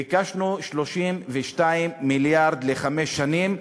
ביקשנו 32 מיליארד לחמש שנים,